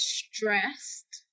stressed